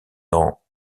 dans